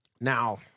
Now